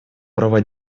права